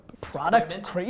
product